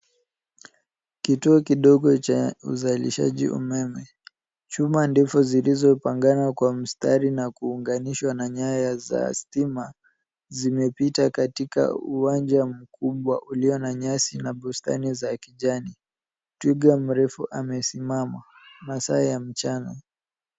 Kituo kidogo cha uzalishaji umeme. Chuma ndefu zilizopangana kwa mstari na kuunganishwa na nyaya za stima zimepita katika uwanja mkubwa ulio na nyasi na bustani za kijani. Twiga mrefu amesimama, masaa ya mchana.